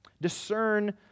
Discern